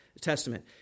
Testament